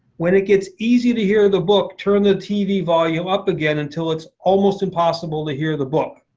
when it gets easy to hear the book, turn the tv volume up again until it's almost impossible to hear the book.